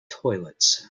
toilets